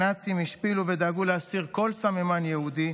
הנאצים השפילו ודאגו להסיר כל סממן יהודי